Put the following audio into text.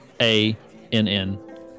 A-N-N